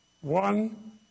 one